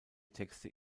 texte